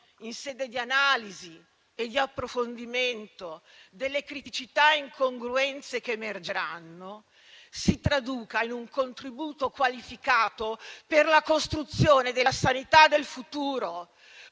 in sede di analisi e di approfondimento delle criticità e delle incongruenze che emergeranno, si traduca in un contributo qualificato per la costruzione della sanità del futuro;